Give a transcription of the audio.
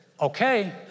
okay